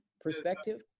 perspective